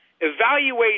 evaluate